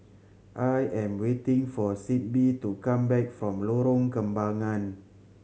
I am waiting for Sibbie to come back from Lorong Kembangan